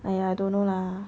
!aiya! don't know lah